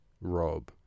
Rob